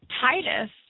Titus